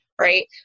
right